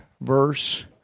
verse